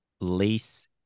lace